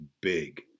big